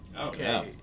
Okay